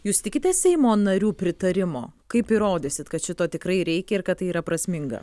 jūs tikitės seimo narių pritarimo kaip įrodysit kad šito tikrai reikia ir kad tai yra prasminga